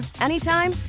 anytime